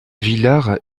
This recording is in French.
villars